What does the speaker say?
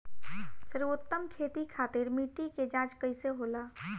सर्वोत्तम खेती खातिर मिट्टी के जाँच कईसे होला?